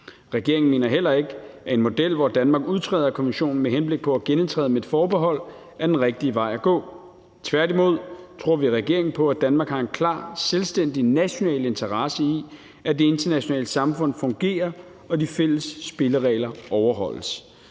Regeringen mener heller ikke, at en model, hvor Danmark udtræder af konventionen med henblik på at genindtræde med et forbehold, er den rigtige vej at gå. Tværtimod tror vi i regeringen på, at Danmark har en klar selvstændig national interesse i, at det internationale samfund fungerer, og at de fælles spilleregler overholdes.